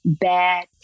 bad